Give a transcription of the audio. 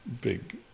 big